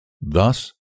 Thus